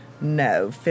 no